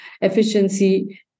efficiency